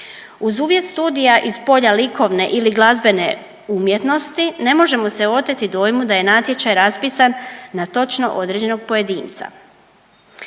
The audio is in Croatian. Uz uvjet studija iz polja likovne ili glazbene umjetnosti ne možemo se oteti dojmu da je natječaj raspisan na točno određenog pojedinca.